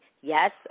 yes